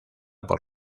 por